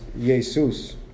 Jesus